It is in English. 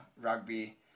rugby